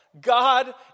God